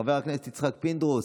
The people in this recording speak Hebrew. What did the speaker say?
חבר הכנסת יצחק פינדרוס,